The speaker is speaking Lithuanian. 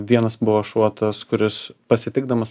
vienas buvo šuo tas kuris pasitikdamas